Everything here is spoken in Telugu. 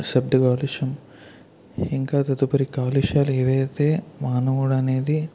శబ్ద కాలుష్యం ఇంకా తదుపరి కాలుష్యలు ఏవైతే మానవుడు అనేది